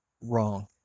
wrong